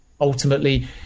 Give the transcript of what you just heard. ultimately